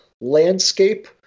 landscape